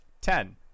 Ten